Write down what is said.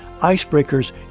Icebreakers